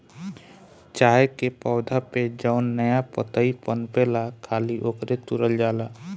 चाय के पौधा पे जवन नया पतइ पनपेला खाली ओकरे के तुरल जाला